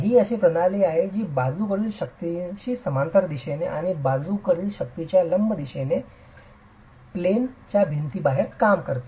ही अशी प्रणाली आहे जी बाजूकडील शक्तींशी समांतर दिशेने आणि बाजूकडील शक्तीच्या लंब दिशेने प्लेनच्या भिंतीबाहेर काम करते